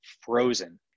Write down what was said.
frozen